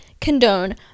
condone